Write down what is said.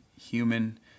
human